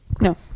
No